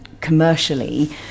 commercially